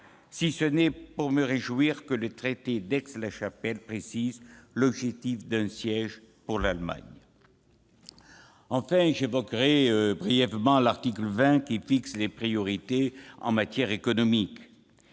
si ce n'est pour me réjouir que le traité d'Aix-la-Chapelle précise l'objectif d'un siège pour l'Allemagne. J'évoquerai brièvement, pour finir, l'article 20, qui fixe des priorités en matière économique.